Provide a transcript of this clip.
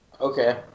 okay